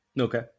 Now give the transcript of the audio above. Okay